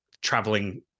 traveling